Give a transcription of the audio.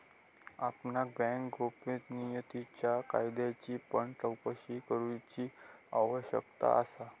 आपणाक बँक गोपनीयतेच्या कायद्याची पण चोकशी करूची आवश्यकता असा